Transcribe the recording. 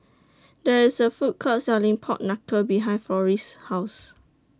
There IS A Food Court Selling Pork Knuckle behind Florie's House